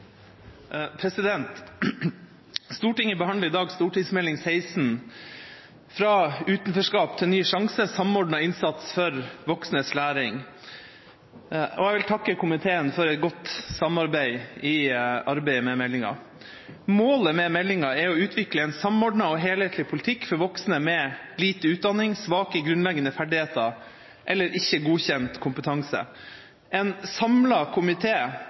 vedtatt. Stortinget behandler i dag Meld. St. 16 for 2015–2016, Fra utenforskap til ny sjanse – samordnet innsats for voksnes læring. Jeg vil takke komiteen for et godt samarbeid i arbeidet med meldinga. Målet med meldinga er å utvikle en samordnet og helhetlig politikk for voksne med lite utdanning, svake grunnleggende ferdigheter eller ikke godkjent kompetanse. En